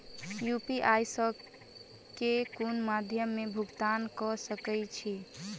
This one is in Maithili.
यु.पी.आई सऽ केँ कुन मध्यमे मे भुगतान कऽ सकय छी?